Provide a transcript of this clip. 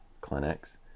clinics